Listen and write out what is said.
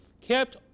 kept